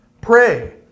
pray